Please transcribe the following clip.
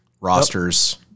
rosters